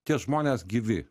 tie žmonės gyvi